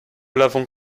l’avons